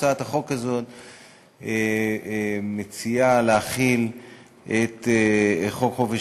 הצעת החוק הזו מציעה להחיל את חוק חופש